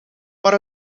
maar